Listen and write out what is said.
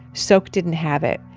sok didn't have it.